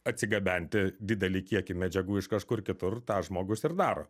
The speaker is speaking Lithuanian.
atsigabenti didelį kiekį medžiagų iš kažkur kitur tą žmogus ir daro